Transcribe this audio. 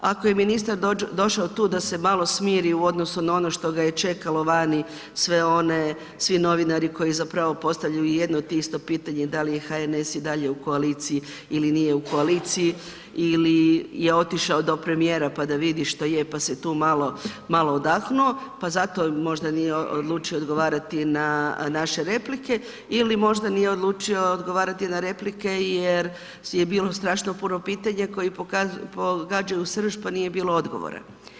Ako je ministar došao tu da se malo smiri u odnosu na ono što ga je čekalo vani sve one, svi novinari koji zapravo postavljaju jedno te isto pitanje, da li je HNS i dalje u koaliciji ili nije u koaliciji ili je otišao do premijera pa da vidi što je pa se tu malo odahnuo, pa zato možda nije odlučio odgovarati na naše replike ili možda nije odlučio odgovarati na replike jer je bilo strašno puno pitanja koji pogađaju u srž pa nije bilo odgovora.